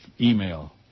email